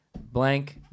Blank